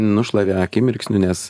nušlavė akimirksniu nes